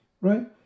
right